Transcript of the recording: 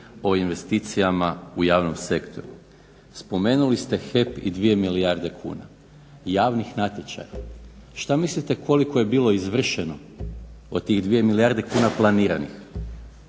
o investicijama u javnom sektoru. Spomenuli ste HEP i 2 milijarde kuna javnih natječaja. Šta mislite koliko je bilo izvršeno od 2 milijarde kuna planiranih?